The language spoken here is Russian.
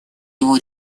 его